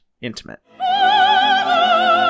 intimate